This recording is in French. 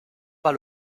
pas